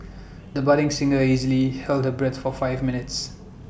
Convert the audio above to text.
the budding singer easily held her breath for five minutes